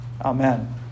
Amen